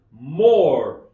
more